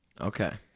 Okay